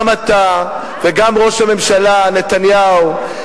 גם אתה וגם ראש הממשלה נתניהו,